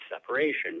separation